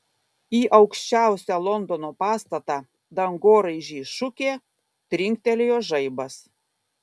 į aukščiausią londono pastatą dangoraižį šukė trinktelėjo žaibas